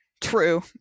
True